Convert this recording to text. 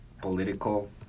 political